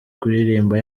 kuririmba